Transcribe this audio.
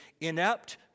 inept